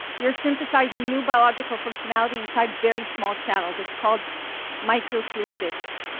you're synthesizing new biological functionality inside very small channels. it's called microfluidics.